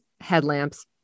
headlamps